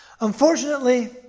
Unfortunately